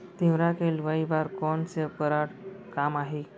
तिंवरा के लुआई बर कोन से उपकरण काम आही?